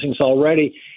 already